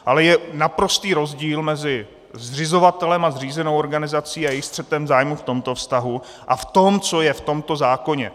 Ale je naprostý rozdíl mezi zřizovatelem a zřízenou organizací a jejich střetem zájmů v tomto vztahu a v tom, co je v tomto zákoně.